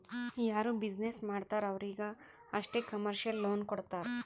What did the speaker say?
ಯಾರು ಬಿಸಿನ್ನೆಸ್ ಮಾಡ್ತಾರ್ ಅವ್ರಿಗ ಅಷ್ಟೇ ಕಮರ್ಶಿಯಲ್ ಲೋನ್ ಕೊಡ್ತಾರ್